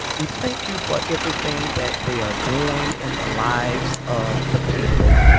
we thank you for everything that they are doing in the lives of the people.